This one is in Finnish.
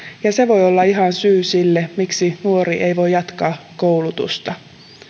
ja se voi olla ihan syy sille miksi nuori ei voi jatkaa koulutusta